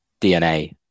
DNA